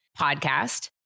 podcast